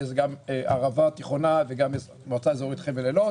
זו גם הערבה התיכונה וגם המועצה האזורית חבל אילות